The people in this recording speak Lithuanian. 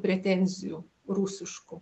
pretenzijų rusiškų